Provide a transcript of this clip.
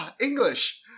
English